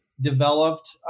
developed